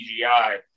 CGI